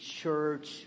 church